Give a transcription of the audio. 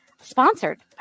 sponsored